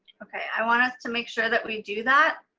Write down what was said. okay, i want us to make sure that we do that.